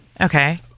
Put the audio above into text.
Okay